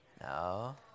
No